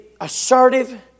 assertive